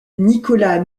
nicolas